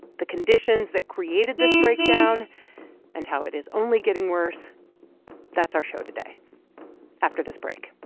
the conditions that created this breakdown and how it is only getting worse that's our show today after this break